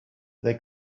they